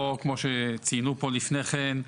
או כמו שציינו פה לפני כן,